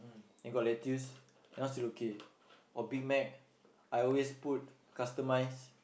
then got lettuce that one still okay or Big-Mac I always put customize